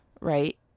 right